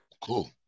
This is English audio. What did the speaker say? cool